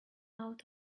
out